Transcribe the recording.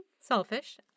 selfish